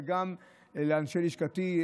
וגם לאנשי לשכתי,